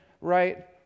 right